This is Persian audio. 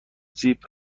زیپ